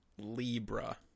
Libra